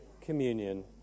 communion